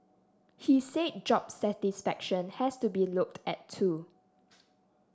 he said job satisfaction has to be looked at too